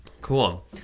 Cool